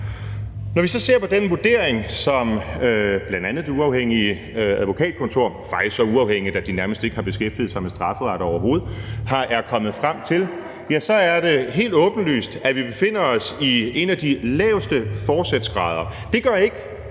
Når vi så ser på den vurdering, som bl.a. det uafhængige advokatkontor – der faktisk er så uafhængigt, at de nærmest ikke har beskæftiget sig med strafferet overhovedet – er kommet frem til, så er det helt åbenlyst, at vi befinder os ved en af de laveste forsætsgrader. Det gør ikke,